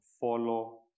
follow